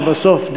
כי בסוף,